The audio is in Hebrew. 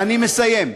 אני מסיים.